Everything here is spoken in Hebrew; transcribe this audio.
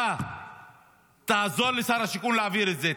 אתה תעזור לשר השיכון להעביר את זה,